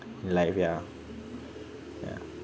in life yeah yeah